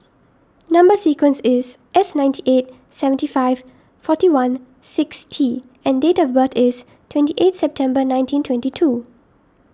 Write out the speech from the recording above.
Number Sequence is S ninety eight seventy five forty one six T and date of birth is twenty eight September nineteen twenty two